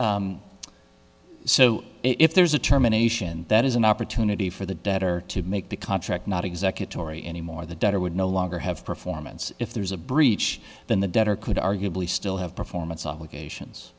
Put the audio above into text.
reach so if there's a terminations that is an opportunity for the debtor to make the contract not executive ory anymore the debtor would no longer have performance if there's a breach than the debtor could arguably still have performance obligations